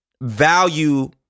value